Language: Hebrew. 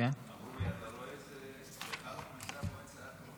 אמרו לי: אתה רואה, כשחנוך נמצא פה אין צעקות.